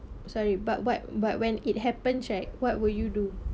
sorry but what but when it happened check what will you do